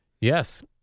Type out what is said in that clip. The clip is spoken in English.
Yes